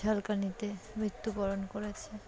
ঝালকানিতে মৃত্যুবরণ করেছে